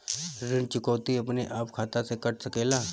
ऋण चुकौती अपने आप खाता से कट सकेला?